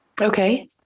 Okay